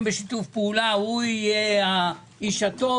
בשיתוף פעולה - הוא יהיה האיש הטוב,